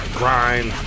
grind